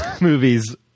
movies